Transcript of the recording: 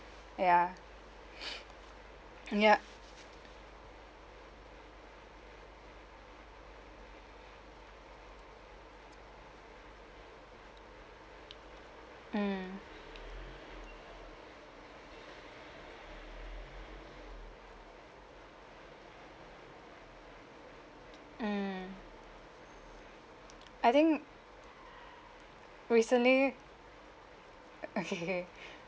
ya mm ya mm mm I think recently okay